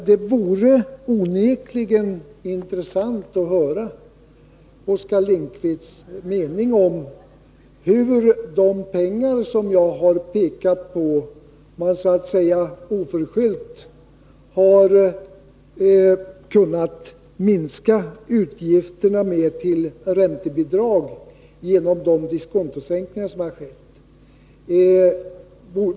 Det vore onekligen intressant att höra Oskar Lindkvists uppfattning om hur man skall använda de pengar som lösgjorts genom de diskontosänkningar som skett och genom vilkas hjälp man så att säga till skänks har kunnat minska utgifterna för räntebidragen.